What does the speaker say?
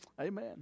Amen